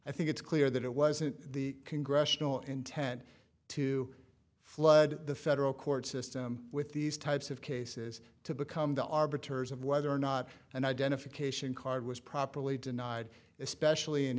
i think it's clear that it wasn't the congressional intent to flood the federal court system with these types of cases to become the arbiters of whether or not an identification card was properly denied especially in